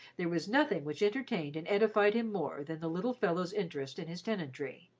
there was nothing which entertained and edified him more than the little fellow's interest in his tenantry.